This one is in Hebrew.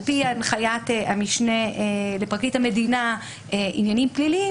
על פי הנחיית המשנה לפרקליט המדינה (עניינים פליליים),